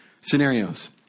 scenarios